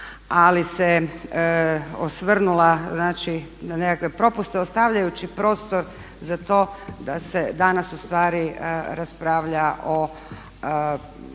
ali se osvrnula znači na nekakve propuste ostavljajući prostor za to da se danas ustvari raspravlja o